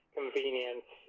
convenience